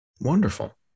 Wonderful